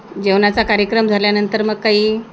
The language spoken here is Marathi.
जेवणाचा कार्यक्रम झाल्यानंतर मग काही